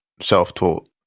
self-taught